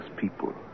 people